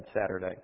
Saturday